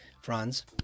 Franz